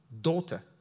daughter